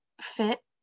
fit